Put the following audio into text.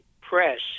press